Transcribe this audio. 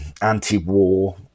anti-war